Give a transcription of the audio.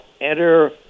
enter